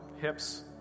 Hips